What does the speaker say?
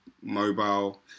mobile